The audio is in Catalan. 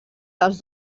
dels